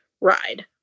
ride